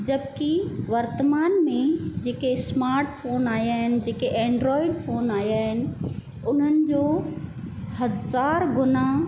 जब की वर्तमान में जेके स्माट फोन आया आहिनि जेके एंड्रॉइड फोन आया आहिनि उन्हनि जो हज़ार गुना